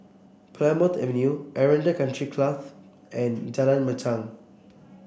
Plymouth Avenue Aranda Country Club and Jalan Machang